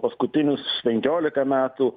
paskutinius penkiolika metų